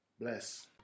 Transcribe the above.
bless